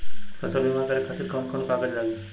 फसल बीमा करे खातिर कवन कवन कागज लागी?